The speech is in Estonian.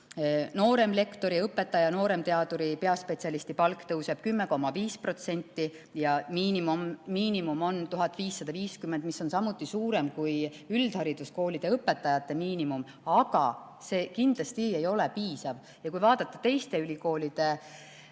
Nooremlektori, õpetaja, nooremteaduri, peaspetsialisti palk tõuseb 10,5% ja miinimum on 1550 eurot, mis on samuti suurem kui üldhariduskoolide õpetajate miinimumpalk. Aga see kindlasti ei ole piisav. Kui vaadata teiste ülikoolide